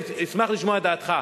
אני אשמח לשמוע את דעתך.